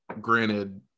granted